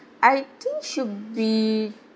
I think should be